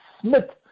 smith